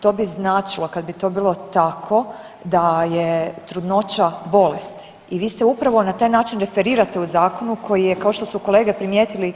To bi značilo kada bi to bilo tako da je trudnoća bolest i vi se upravo na taj način referirate u zakonu koji je kao što su kolege primijetili